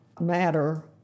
matter